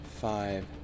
five